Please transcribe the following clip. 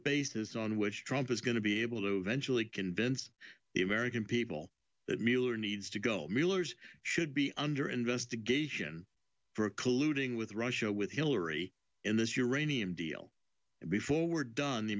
basis on which trump is going to be able to eventually convince the american people that miller needs to go miller's should be under investigation for colluding with russia with hillary in this uranium deal before we're done the